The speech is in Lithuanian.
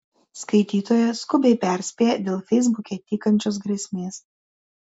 skaitytoja skubiai perspėja dėl feisbuke tykančios grėsmės